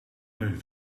mijn